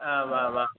आ वा वा